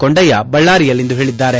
ಕೊಂಡಯ್ತ ಬಳ್ಳಾರಿಯಲ್ಲಿಂದು ಹೇಳಿದ್ದಾರೆ